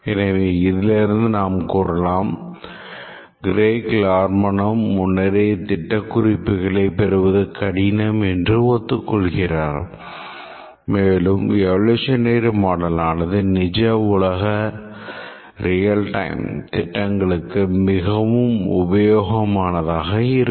எனவே இதிலிருந்து நாம் கூறலாம் கிரேக் லார்மானும் முன்னரே திட்டக்குறிப்புகளை திட்டங்களுக்கு மிகவும் உபயோகமானதாக இருக்கும்